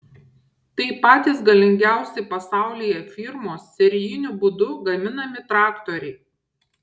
tai patys galingiausi pasaulyje firmos serijiniu būdu gaminami traktoriai